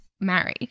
marry